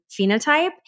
phenotype